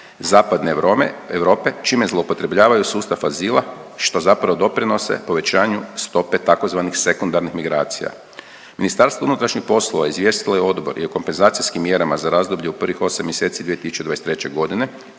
zapadne Europe čime zloupotrebljavaju sustav azila što zapravo doprinose povećanju stope tzv. sekundarnih migracija. Ministarstvo unutrašnjih poslova izvijestilo je Odbor i o kompenzacijskim mjerama za razdoblje u prvih 8 mjeseci 2023. godine